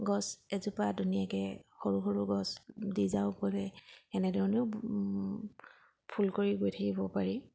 গছ এজোপা ধুনীয়াকৈ সৰু সৰু গছ দি যাওঁ বোলে এনেধৰণেও ফুল কৰি গৈ থাকিব পাৰি